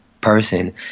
person